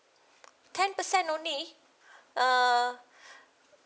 ten percent only err